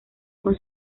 con